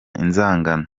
inzangano